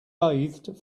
bathed